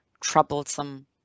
troublesome